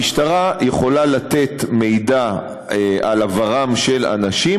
המשטרה יכולה לתת מידע על עברם של אנשים